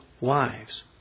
wives